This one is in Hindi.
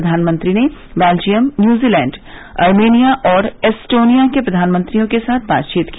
प्रधानमंत्री ने बेल्जियम न्यूजीलैण्ड अर्मेनिया और एस्टोनिया के प्रधानमंत्रियों के साथ वार्ता की